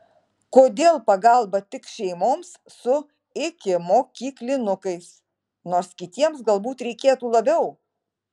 kodėl pagalba tik šeimoms su ikimokyklinukais nors kitiems galbūt reikėtų labiau